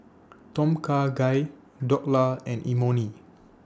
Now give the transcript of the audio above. Tom Kha Gai Dhokla and Imoni